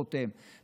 חותם,